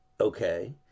okay